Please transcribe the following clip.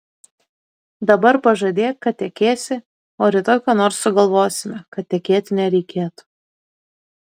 dabar pažadėk kad tekėsi o rytoj ką nors sugalvosime kad tekėti nereikėtų